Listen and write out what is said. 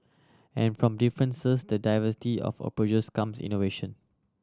and from differences the diversity of approaches comes innovation